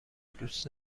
دوست